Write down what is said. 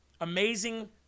amazing